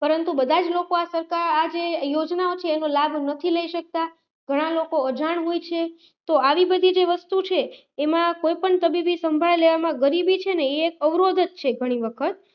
પરંતુ બધા જ લોકો આ સરકા આ જે યોજનાઓ છે એનો લાભ નથી લઈ શકતા ઘણા લોકો અજાણ હોય છે તો આવી બધી જે વસ્તુ છે એમાં કોઈપણ તબીબી સંભાળ લેવામાં ગરીબી છે ને એ અવરોધ જ છે ઘણી વખત